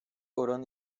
oranı